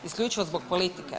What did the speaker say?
Isključivo zbog politike.